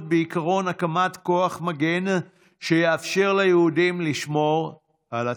בעקרון הקמת כוח מגן שיאפשר ליהודים לשמור על עצמם,